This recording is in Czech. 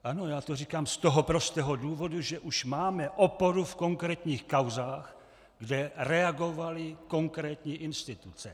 Ano, já to říkám z toho prostého důvodu, že už máme oporu v konkrétních kauzách, kde reagovaly konkrétní instituce.